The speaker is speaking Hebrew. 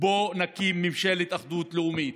בואו נקים ממשלת אחדות לאומית.